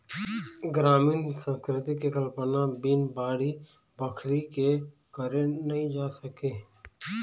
गरामीन संस्कृति के कल्पना बिन बाड़ी बखरी के करे नइ जा सके